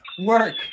work